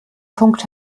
punkt